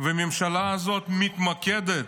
והממשלה הזאת מתמקדת,